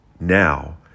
now